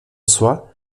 soit